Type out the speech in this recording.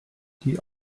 die